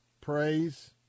praise